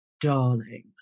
darling